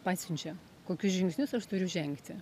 pasiunčia kokius žingsnius aš turiu žengti